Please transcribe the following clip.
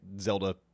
Zelda